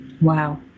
Wow